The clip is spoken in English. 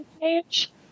page